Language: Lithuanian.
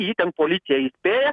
jį ten policija įspėja